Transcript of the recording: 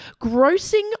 grossing